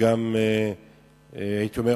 הייתי אומר,